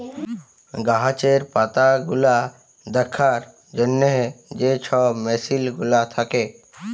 গাহাচের পাতাগুলা দ্যাখার জ্যনহে যে ছব মেসিল গুলা থ্যাকে